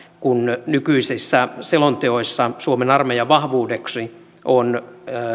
kun nykyisissä selonteoissa suomen armeijan vahvuudeksi on